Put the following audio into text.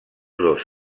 dos